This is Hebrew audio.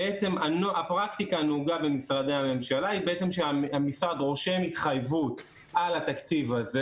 הפרקטיקה הנהוגה במשרדי הממשלה היא שהמשרד רושם התחייבות על התקציב הזה,